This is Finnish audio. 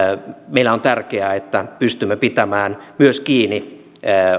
meillä on tärkeää että pystymme pitämään myös kiinni